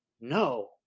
No